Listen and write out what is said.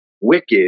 wicked